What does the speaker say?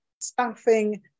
staffing